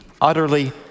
utterly